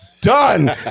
done